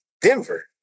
Denver